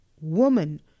woman